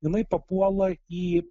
jinai papuola į